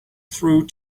through